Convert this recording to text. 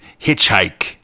Hitchhike